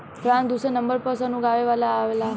France दुसर number पर सन उगावे में आवेला